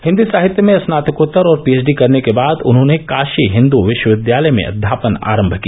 हिंदी साहित्य में स्नातकोत्तर और पीएचडी करने के बाद उन्होंने काशी हिंदू विश्वविद्यालय में अध्यापन आरंभ किया